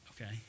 okay